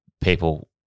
people